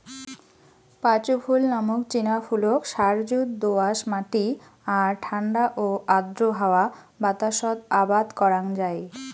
পাঁচু ফুল নামক চিনা ফুলক সারযুত দো আঁশ মাটি আর ঠান্ডা ও আর্দ্র হাওয়া বাতাসত আবাদ করাং যাই